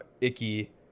Icky